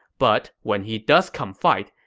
but when he does come fight,